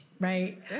right